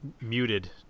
muted